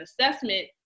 assessment